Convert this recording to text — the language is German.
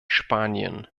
spanien